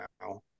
now